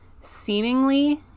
seemingly